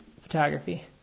photography